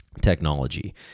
technology